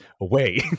away